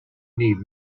need